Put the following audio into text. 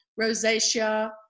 rosacea